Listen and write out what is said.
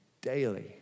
daily